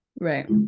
Right